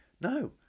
no